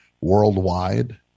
worldwide